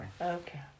okay